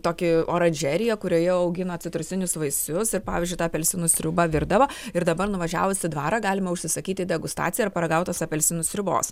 tokį oranžeriją kurioje augino citrusinius vaisius ir pavyzdžiui tą apelsinų sriubą virdavo ir dabar nuvažiavus į dvarą galima užsisakyti degustaciją ir paragaut tos apelsinų sriubos